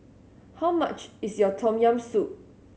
how much is Tom Yam Soup